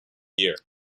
year